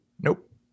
Nope